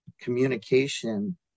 communication